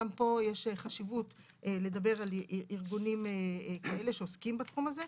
גם פה יש חשיבות לדבר על ארגונים כאלה שעוסקים בתחום הזה.